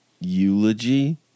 Eulogy